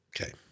Okay